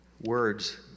words